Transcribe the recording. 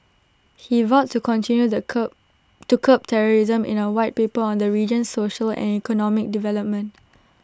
he vowed to continue the curb to curb terrorism in A White Paper on the region's social and economic development